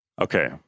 Okay